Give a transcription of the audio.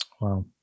Wow